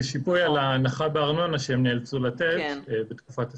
על ההנחה בארנונה שהן נאלצו לתת בתקופת הסגר.